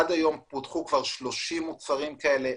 עד היום פותחו 30 מוצרים כאלה,